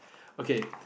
okay